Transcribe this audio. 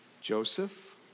Joseph